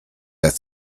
that